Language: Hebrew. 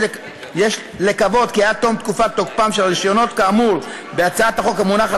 יש לקוות כי עד תום תוקפם של הרישיונות כאמור בהצעת החוק המונחת